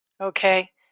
Okay